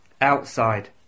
outside